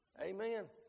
Amen